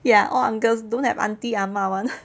ya all uncles don't have auntie ah ma one